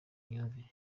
imyumvire